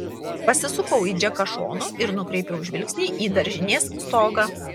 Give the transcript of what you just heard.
pasisukau į džeką šonu ir nukreipiau žvilgsnį į daržinės stogą